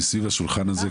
מסביב לשולחן הזה,